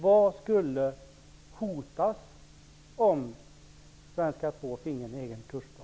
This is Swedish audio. Vad skulle hotas om svenska 2 finge en egen kursplan?